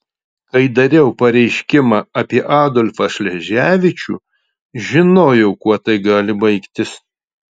kai dariau pareiškimą apie adolfą šleževičių žinojau kuo tai gali baigtis